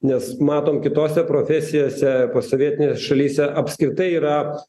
nes matom kitose profesijose posovietinėse šalyse apskritai yra